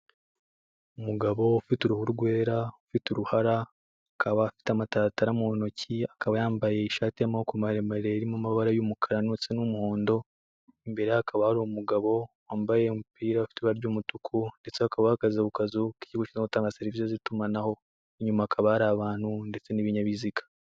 Umugabo ufite uruhu rwera ufite uruhara, akaba afite amataratara mu ntoki, akaba yambaye ishati y'amaboko maremare irimo amabara y'umukara ndetse n'umuhondo. Imbere ye hakaba hari umugabo wambaye umupira ufite ibara ry'umutuku ndetse bakaba bahagaze ku kazu k'ikigo gishinzwe gutanga serivi z'itumanaho. Inyuma hakaba hari abantu ndetse n'ibinyabiziga.